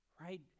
right